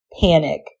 panic